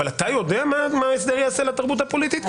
אבל אתה יודע מה ההסדר יעשה לתרבות הפוליטית?